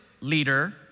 leader